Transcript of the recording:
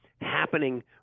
happening